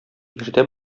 иртә